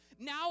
now